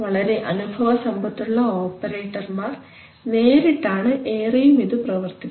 വളരെ അനുഭവസമ്പത്തുള്ള ഓപ്പറേറ്റർമാർ നേരിട്ടാണ് ഏറെയും ഇത് പ്രവർത്തിപ്പിക്കുന്നത്